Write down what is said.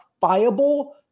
viable